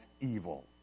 evil